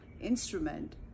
instrument